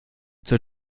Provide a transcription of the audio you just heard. zur